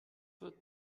wird